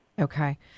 Okay